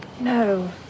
No